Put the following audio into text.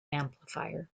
amplifier